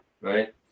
right